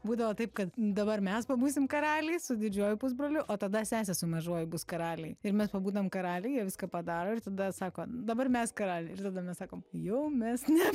būdavo taip kad dabar mes pabūsim karaliai su didžiuoju pusbroliu o tada sesės su mažuoju bus karaliai ir mes pabūnam karaliai jie viską padaro ir tada sako dabar mes karaliai ir tada mes sakom jau mes ne